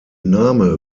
name